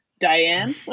Diane